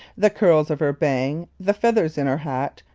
the curls of her bang, the feathers in her hat,